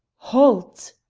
halt!